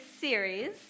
series